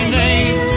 name